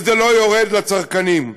וזה לא יורד לצרכנים.